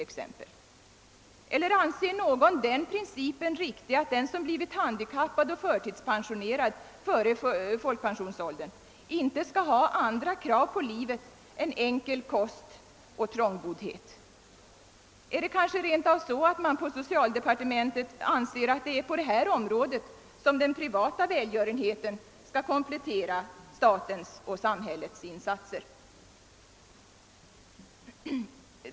Eller anser man den principen vara riktig att den som blivit handikappad och förtidspensionerad före folkpensionsåldern inte skall ha andra krav på livet än enkel kost och trångboddhet? Är det kanske rent av så, att enligt socialdepartementets mening skall på detta område den privata välgörenheten komplettera statens och samhällets insatser?